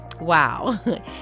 Wow